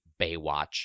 Baywatch